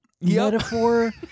metaphor